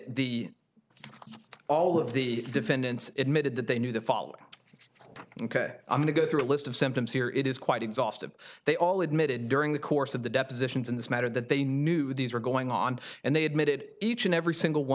the all of the defendants admitted that they knew the following ok i'm going to go through a list of symptoms here it is quite exhaustive they all admitted during the course of the depositions in this matter that they knew these were going on and they admitted each and every single one